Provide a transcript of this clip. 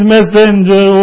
Messenger